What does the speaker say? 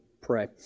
pray